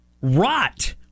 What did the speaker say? rot